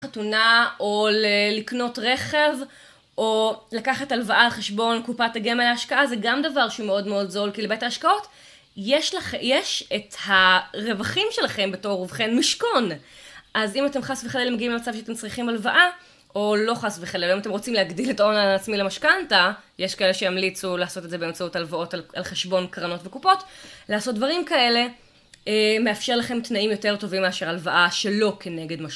חתונה או ל... לקנות רכב, או לקחת הלוואה על חשבון קופת הגמל להשקעה, זה גם דבר שמאוד מאוד זול, כי לבית ההשקעות יש את הרווחים שלכם בתור, ובכן, משכון. אז אם אתם חס וחלילה מגיעים למצב שאתם צריכים הלוואה, או לא חס וחלילה, אם אתם רוצים להגדיל את ההון העצמי למשכנתא, יש כאלה שימליצו לעשות את זה באמצעות הלוואות על חשבון קרנות וקופות, לעשות דברים כאלה מאפשר לכם תנאים יותר טובים מאשר הלוואה שלא כנגד מש...